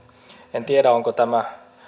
en tiedä onko tämä